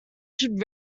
should